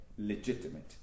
Legitimate